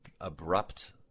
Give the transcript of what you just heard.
abrupt